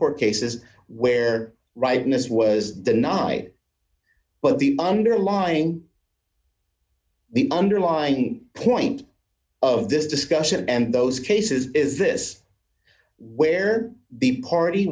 court cases where rightness was the night but the underlying the underlying point of this discussion and those cases is this where the party